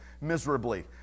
miserably